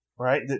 Right